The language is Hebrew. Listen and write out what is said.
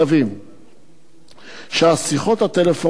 השיחות הטלפוניות הן סם חיינו,